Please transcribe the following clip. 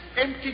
empty